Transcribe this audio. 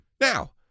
Now